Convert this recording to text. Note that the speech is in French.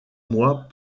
mois